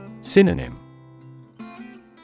Synonym